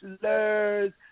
slurs